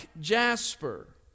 jasper